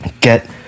get